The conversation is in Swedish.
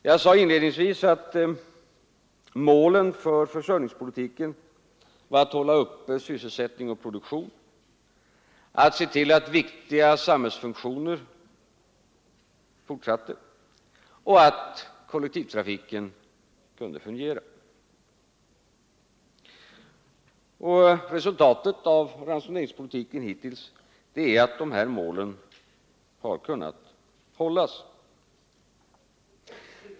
Jag sade inledningsvis att målen för försörjningspolitiken var att hålla uppe sysselsättning och produktion, att se till att viktiga samhällsfunktioner fortsatte och att kollektivtrafiken kunde fungera. Och resultatet av ransoneringspolitiken hittills är att de här målen har kunnat nås.